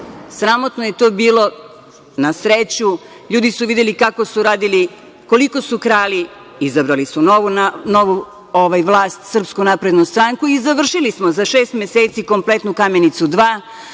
2.Sramotno je to bilo, na sreću, ljudi su videli kako su radili, koliko su krali, izabrali su novu vlast, Srpsku naprednu stranku i završili smo sa šest meseci kompletnu „Kamenicu 2“.